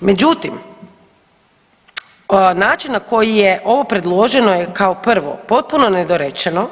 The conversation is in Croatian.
Međutim, način na koji je ovo predloženo je kao prvo potpuno nedorečeno